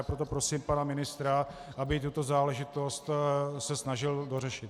Proto prosím pana ministra, aby se tuto záležitost snažil dořešit.